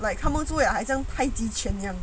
like come on 很像太极拳这样